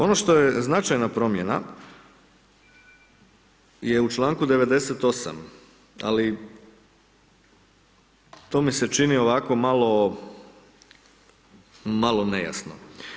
Ono što je značajna promjena je u članku 98. ali to mi se čini ovako malo nejasno.